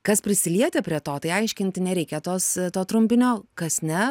kas prisilietę prie to tai aiškinti nereikia tos to trumpinio kas ne